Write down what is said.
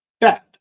bad